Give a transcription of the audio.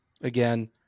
Again